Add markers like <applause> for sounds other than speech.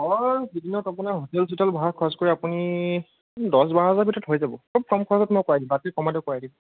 অ' দুদিনত আপোনাৰ হোটেল চোটেল ভাড়া খৰচ কৰি আপুনি দহ বাৰ হেজাৰ ভিতৰত হৈ যাব খুব কম খৰচত মই কৰাই দিম <unintelligible> মই কৰাই দিম